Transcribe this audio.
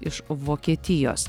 iš vokietijos